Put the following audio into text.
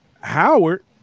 Howard